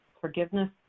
forgiveness